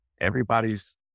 everybody's